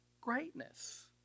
greatness